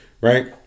right